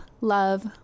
love